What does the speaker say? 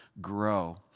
grow